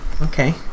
Okay